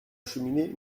cheminée